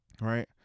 right